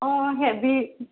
অঁ হেভি